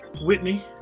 Whitney